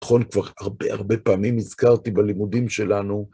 נכון, כבר הרבה הרבה פעמים נזכרתי בלימודים שלנו.